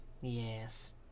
Yes